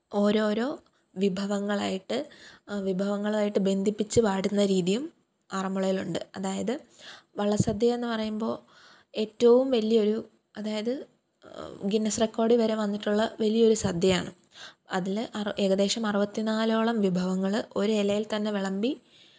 ഓരോരോ വിഭവങ്ങളായിട്ട് വിഭവങ്ങളുമായിട്ട് ബന്ധിപ്പിച്ച് പാടുന്ന രീതിയും ആറമ്മുളയിലുണ്ട് അതായത് വള്ളസദ്യയെന്ന് പറയുമ്പോൾ ഏറ്റവും വലിയൊരു അതായത് ഗിന്നസ് റെക്കോഡിൽ വരെ വന്നിട്ടുള്ള വലിയൊരു സദ്യയാണ് അതിൽ അറുപത് ഏകദേശം അറുപത്തിനാലോളം വിഭവങ്ങൾ ഒരിലയില്ത്തന്നെ വിളമ്പി